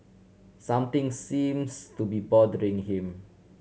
something seems to be bothering him